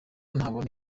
ntabona